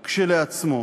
גם כשלעצמו.